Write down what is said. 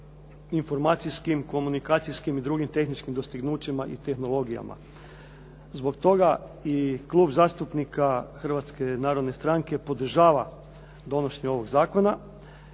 informacijskim, komunikacijskim i drugim tehničkim dostignućima i tehnologijama. Zbog toga i Klub zastupnika Hrvatske narodne stranke podržava donošenje ovog zakona